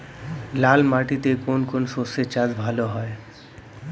লাল মাটিতে কোন কোন শস্যের চাষ ভালো হয়?